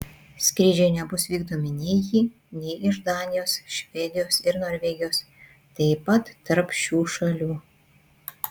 skrydžiai nebus vykdomi nei į nei iš danijos švedijos ir norvegijos taip pat tarp šių šalių